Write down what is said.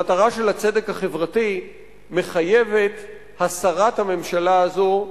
המטרה של הצדק החברתי, מחייבת הסרת הממשלה הזאת,